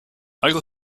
algo